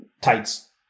tights